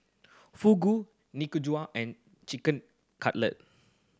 Fugu Nikujaga and Chicken Cutlet